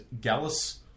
Gallus